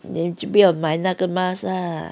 then 就不买那个 mask ah